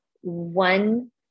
one